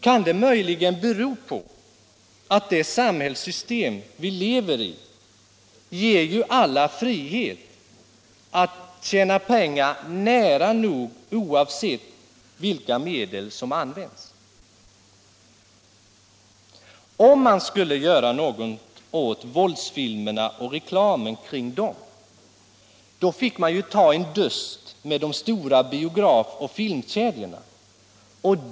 Kan det möjligen bero på att det samhällssystem vi lever i ger alla frihet att tjäna pengar med nära nog vilka medel som helst? Om man skulle göra något åt våldsfilmerna och reklamen för dem, finge man ta en dust med de stora biografoch filmkedjorna.